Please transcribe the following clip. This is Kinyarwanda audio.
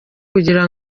kugira